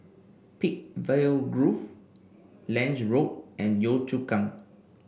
Peakville Grove Lange Road and Yio Chu Kang